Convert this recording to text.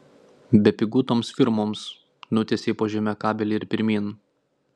bepigu toms firmoms nutiesei po žeme kabelį ir pirmyn